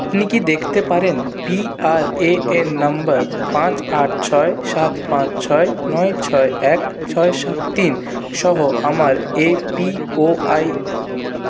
আপনি কি দেখতে পারেন P R A N number পাঁচ আট ছয় সাত পাঁচ ছয় নয় ছয় এক ছয় সাত তিন সহ আমার এপিওয়াই